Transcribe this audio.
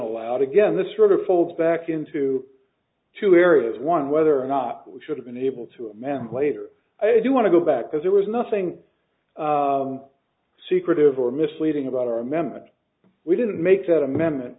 allowed again this sort of falls back into two areas one whether or not we should have been able to amend later i do want to go back because there was nothing secretive or misleading about our members we didn't make that amendment